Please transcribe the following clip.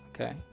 Okay